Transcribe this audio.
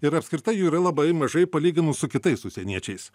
ir apskritai jų yra labai mažai palyginus su kitais užsieniečiais